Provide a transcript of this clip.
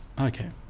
Okay